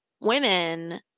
women